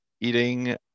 eating